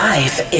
Life